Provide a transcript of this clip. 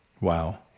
Wow